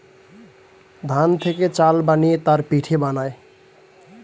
ধান থেকে চাল বানিয়ে তার পিঠে বানায়